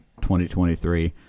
2023